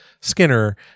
Skinner